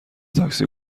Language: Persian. تاکسی